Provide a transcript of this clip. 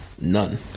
None